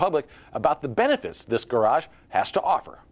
public about the benefits this garage has to offer